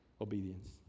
obedience